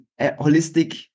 holistic